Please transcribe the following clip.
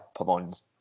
Pavone's